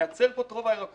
שמייצר פה את רוב הירקות,